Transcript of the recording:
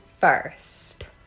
first